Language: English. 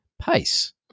pace